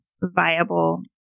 viable